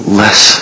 less